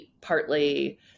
partly